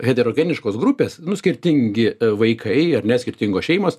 heterogeniškos grupės nu skirtingi vaikai ar ne skirtingos šeimos